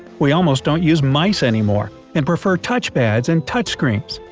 we almost don't use mice anymore and prefer touch pads and touch screens.